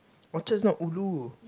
Orchard's not ulu